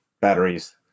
batteries